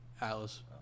Alice